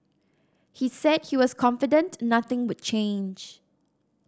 he said he was confident nothing would change